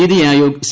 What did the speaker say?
NITI Aayog C